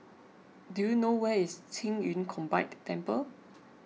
do you know where is Qing Yun Combined Temple